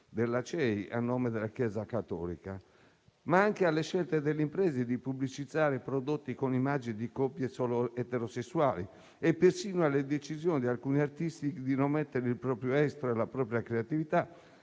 della CEI a nome della Chiesa cattolica, ma anche alle scelte delle imprese di pubblicizzare i prodotti con immagini di coppie eterosessuali, e persino alle decisioni di alcuni artisti di non mettere il proprio estro e la propria creatività